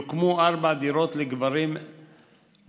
יוקמו ארבע דירות לגברים מורחקים,